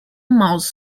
mouse